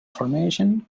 formation